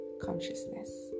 consciousness